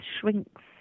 shrinks